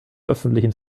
öffentlichen